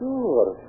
Sure